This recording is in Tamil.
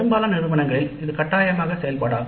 பெரும்பாலான நிறுவனங்களில் இது கட்டாயமாகும் செயல்பாடு